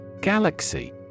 Galaxy